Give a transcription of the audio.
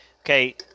Okay